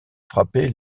frappé